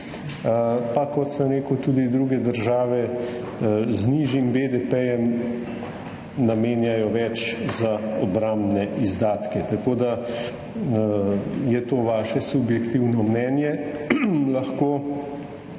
Kot sem rekel, tudi druge države z nižjim BDP namenjajo več za obrambne izdatke. Tako da je to vaše subjektivno mnenje lahko,